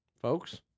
Folks